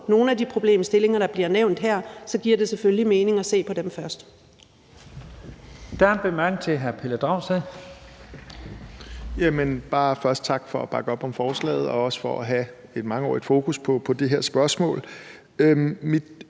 nogle af de problemstillinger, der bliver nævnt her, så giver det selvfølgelig mening at se på dem først.